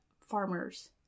farmers